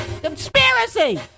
Conspiracy